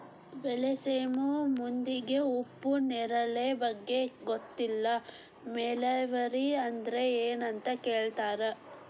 ಬೈಲಸೇಮಿ ಮಂದಿಗೆ ಉಪ್ಪು ನೇರಳೆ ಬಗ್ಗೆ ಗೊತ್ತಿಲ್ಲ ಮಲ್ಬೆರಿ ಅಂದ್ರ ಎನ್ ಅಂತ ಕೇಳತಾರ